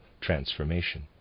transformation